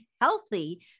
healthy